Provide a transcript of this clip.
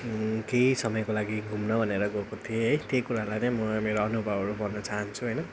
केही समयको लागि घुम्न भनेर गएको थिएँ है त्यही कुरालाई नै म मेरो अनुभवहरू भन्नु चाहन्छु होइन